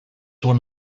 one